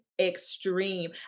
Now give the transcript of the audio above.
extreme